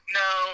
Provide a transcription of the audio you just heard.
no